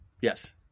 Yes